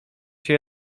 się